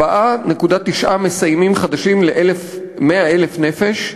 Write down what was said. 4.9 מסיימים חדשים ל-100,000 נפש,